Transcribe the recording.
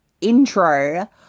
intro